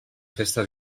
festa